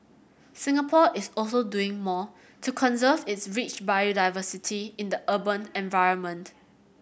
Singapore is also doing more to conserve its rich biodiversity in the urban environment